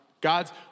God's